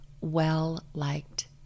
well-liked